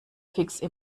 fixe